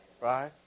right